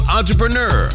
entrepreneur